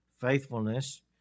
faithfulness